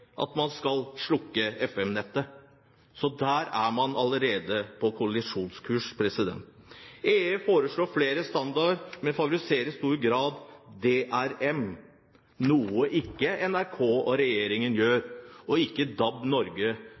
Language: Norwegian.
at man skal slukke FM-nettet. Så der er man allerede på kollisjonskurs. EU foreslår flere standarder, men favoriserer i stor grad DRM, noe ikke NRK og regjeringen gjør, og ikke DAB, som Norge